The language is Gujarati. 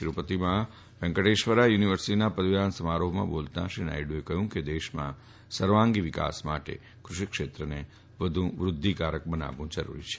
તિરૂપતિમાં વેંકટેશ્વરા યુનિવર્સિટીના પદવીદાન સમારોફમાં બોલતાં શ્રી નાયડુએ કહ્યું કે દેશમાં સર્વાંગી વિકાસ માટે દૃષિક્ષેત્રને વધુ વૃદ્વિકારક બનાવવું જરૂરી છે